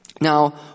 Now